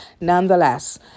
Nonetheless